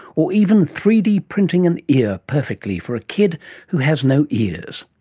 or even three d printing an ear perfectly for a kid who has no ears?